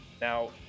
now